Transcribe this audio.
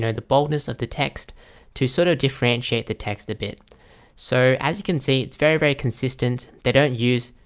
the boldness of the text to sort of differentiate the text a bit so as you can see, it's very very consistent. they don't use,